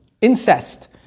incest